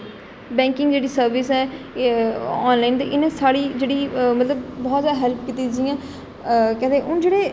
banking जेह्ड़ी service ऐ एह् ऑनलाइन ताहीं इ'नें साढ़ी जेह्ड़ी मतलब बहूत जादा हेल्प कीती जि'यां केह् आखदे हून जेह्डे़